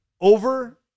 over